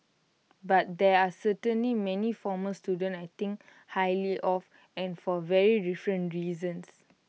but there are certainly many former students I think highly of and for very different reasons